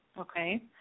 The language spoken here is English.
okay